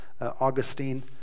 Augustine